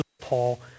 Paul